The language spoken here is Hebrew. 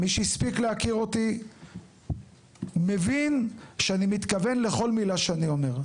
מי שהספיק להכיר אותי מבין שאני מתכוון לכל מילה שאני אומר.